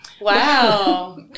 Wow